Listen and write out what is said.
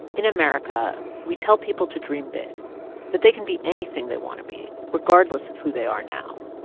in america, we tell people to dream big that they can be anything they want to be, regardless of who they are now.